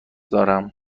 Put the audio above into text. دارم